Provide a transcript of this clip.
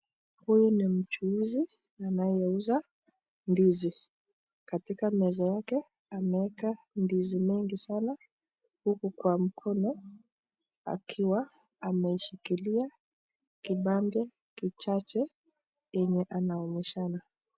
Huyu ni mchuuzi anayeuza ndizi, katika meza yake ameeka ndizi mingi sana huku kwa mkono akiwa ameshikilia kipande kichache yenye anaonyeshana.